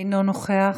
אינו נוכח,